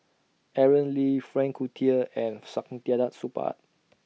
Aaron Lee Frank Cloutier and Saktiandi Supaat